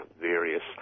various